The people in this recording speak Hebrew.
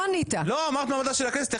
אמרת מעמדה של הכנסת,